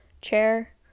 chair